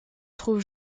trouve